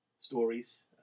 Stories